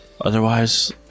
Otherwise